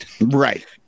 right